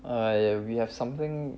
I we have something